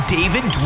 David